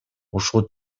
ушул